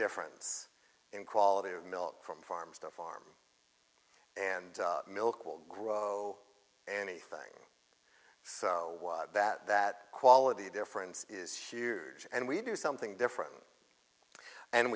difference in quality of milk from farms to farm and milk will grow anything so that that quality difference is huge and we do something different and